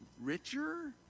richer